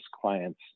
client's